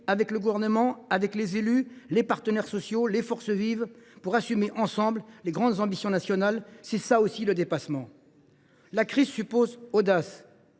avec le Gouvernement, les élus, les partenaires sociaux et les forces vives, pour assumer ensemble de grandes ambitions nationales. C’est cela, aussi, le dépassement. La crise suppose audace,